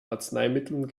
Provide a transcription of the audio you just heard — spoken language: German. arzneimitteln